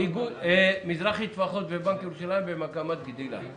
מזרחי טפחות ובנק ירושלים במגמת גדילה.